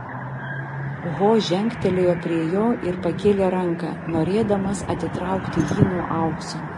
ho žengtelėjo prie jo ir pakėlė ranką norėdamas atitraukti jį nuo aukso